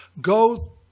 go